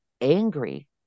angry